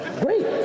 Great